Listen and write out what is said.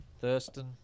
Thurston